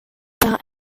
par